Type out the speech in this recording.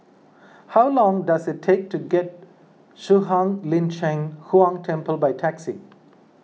how long does it take to get Shuang Lin Cheng Huang Temple by taxi